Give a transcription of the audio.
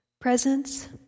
presence